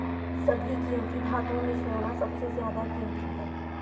सभी कीमती धातुओं में सोना सबसे ज्यादा कीमती है